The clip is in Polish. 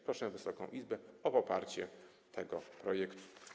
Proszę Wysoką Izbę o poparcie tego projektu.